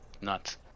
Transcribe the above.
nuts